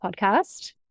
podcast